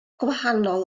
gwahanol